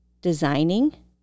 designing